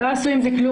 "לא עשו עם זה כלום.